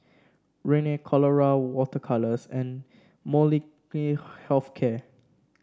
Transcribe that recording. Rene Colora Water Colours and Molnylcke Health Care